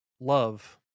love